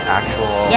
actual